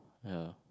ya